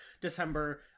December